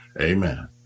Amen